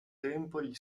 tempo